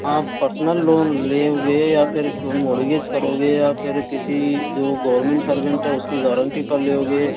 आप personal loan लेओगे या फिर कि मोर्गेज करोगे या फिर किसी जो गोवरमेंट सर्वेन्ट है उसकी गारंटी गारंटी पर लेओगे